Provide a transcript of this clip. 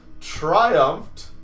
triumphed